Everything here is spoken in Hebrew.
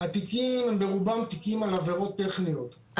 התיקים הם ברובם תיקים על עבירות טכניות,